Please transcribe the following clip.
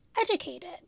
educated